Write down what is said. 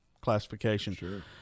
classification